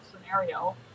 scenario